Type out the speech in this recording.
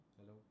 Hello